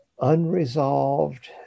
unresolved